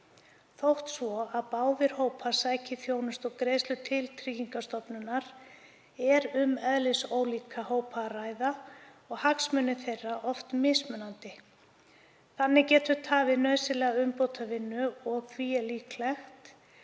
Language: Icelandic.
Þótt báðir hópar sæki þjónustu og greiðslur til Tryggingastofnunar er um eðlisólíka hópa að ræða og hagsmunir þeirra oft mismunandi. Það getur tafið nauðsynlega umbótavinnu og því er líklegt